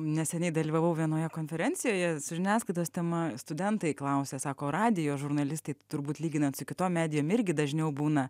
neseniai dalyvavau vienoje konferencijoje žiniasklaidos tema studentai klausia sako radijo žurnalistai turbūt lyginant su kitom medijom irgi dažniau būna